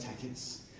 tickets